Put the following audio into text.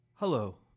Hello